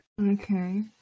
okay